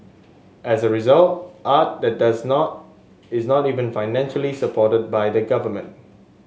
as a result art that does not is not even financially supported by the government